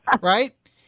right